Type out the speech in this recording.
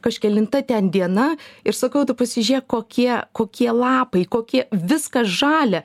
kažkelinta ten diena ir sakau tu pasižiūrėk kokie kokie lapai kokie viskas žalia